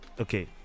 Okay